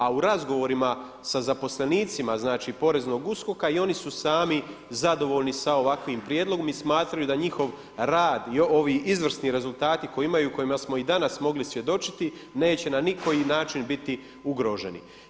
A u razgovorima sa zaposlenicima, znači poreznog USKOK-a i oni su sami zadovoljni s ovakvim prijedlogom i smatraju da njihov rad i ovi izvrsni rezultati koje imaju, kojima smo i danas mogli svjedočiti, neće na nikoji način biti ugroženi.